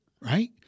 Right